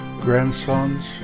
Grandsons